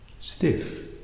Stiff